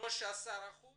13%